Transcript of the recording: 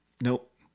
nope